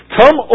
come